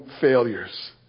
failures